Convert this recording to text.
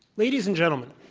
ladies and gentlemen,